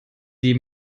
die